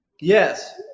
Yes